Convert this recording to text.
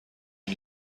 این